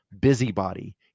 busybody